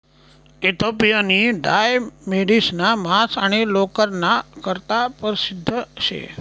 इथिओपियानी डाय मेढिसना मांस आणि लोकरना करता परशिद्ध शे